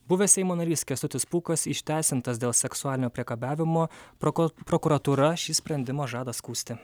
buvęs seimo narys kęstutis pūkas išteisintas dėl seksualinio priekabiavimo prokuratūra šį sprendimą žada skųsti